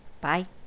Bye